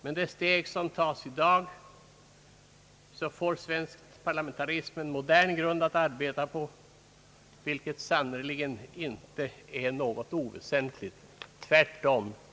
Med det steg som tas i dag får svensk parlamentarism en modern grund att arbeta på, vilket sannerligen inte är något oväsentligt. Tvärtom!